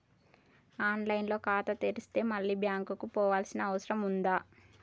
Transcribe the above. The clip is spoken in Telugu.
ఆన్ లైన్ లో ఖాతా తెరిస్తే మళ్ళీ బ్యాంకుకు పోవాల్సిన అవసరం ఉంటుందా?